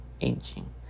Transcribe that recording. aging